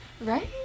Right